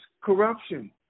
corruption